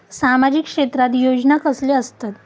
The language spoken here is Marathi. सामाजिक क्षेत्रात योजना कसले असतत?